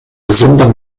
gesunder